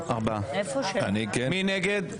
ארבעה, מי נגד?